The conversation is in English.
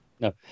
No